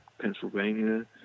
Pennsylvania